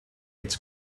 its